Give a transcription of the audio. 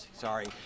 Sorry